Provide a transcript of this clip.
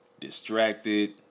distracted